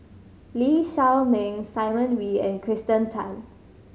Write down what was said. Lee Shao Meng Simon Wee and Kirsten Tan